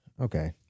Okay